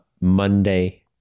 Monday